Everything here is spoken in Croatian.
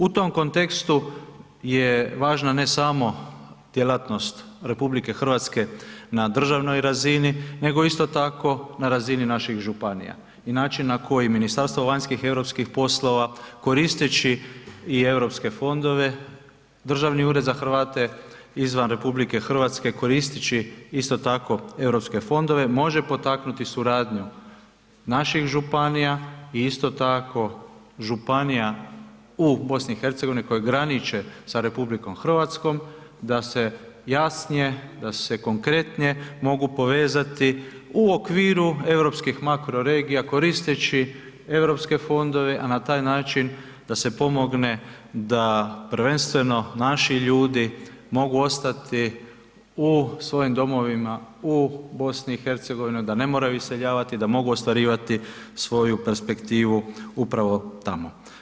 U tom kontekstu je važna ne samo djelatnost RH na državnoj razini nego isto tako na razini naših županija i način na koji Ministarstvo vanjskih i europskih poslova koristeći i europske fondove, državni ured za Hrvate izvan RH koristeći isto tako europske fondove, može potaknuti suradnju naših županija i isto tako županija u BiH-u koje graniče sa RH da se jasnije, da se konkretnije mogu povezati u okviru europskih makro regija koristeći europske fondove a na taj način da se pomogne da prvenstveno naši ljudi mogu ostati u svojim domovima u BiH-u, da ne moraju iseljavati, da mogu ostvarivati svoju perspektivu upravo tamo.